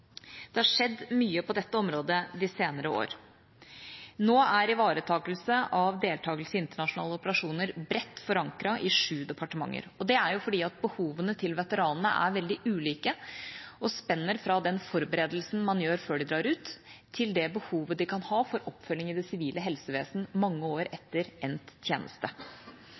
Det har skjedd mye på dette området de senere år. Nå er ivaretakelse av deltagere i internasjonale operasjoner bredt forankret i sju departementer. Det er fordi behovene til veteranene er veldig ulike og spenner fra den forberedelsen man gjør før de drar ut, til det behovet de kan ha for oppfølging i det sivile helsevesen mange år etter endt tjeneste.